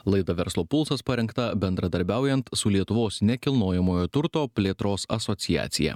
laida verslo pultas parengta bendradarbiaujant su lietuvos nekilnojamojo turto plėtros asociacija